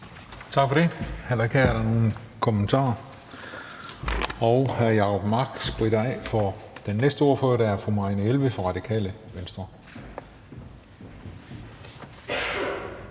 Tak for det. Heller ikke her er der nogen korte bemærkninger. Og hr. Jacob Mark spritter nu af for den næste ordfører, der er fru Marianne Jelved fra Radikale Venstre.